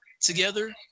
together